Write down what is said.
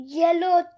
yellow